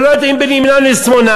שלא יודעים בין ימינם לשמאלם.